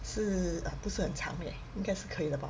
是 ah 不是很长 leh 应该是可以的吧